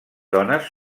dones